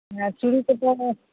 ᱦᱮᱸ ᱪᱩᱲᱤ ᱠᱚᱫᱚ